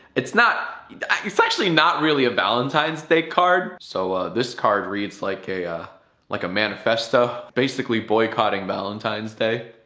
it's not i-it's actually not really a valetine's day card. so, ah this card reads like a ah like a manifesto. basically boycotting valentine's day.